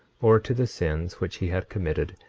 or to the sins which he had committed,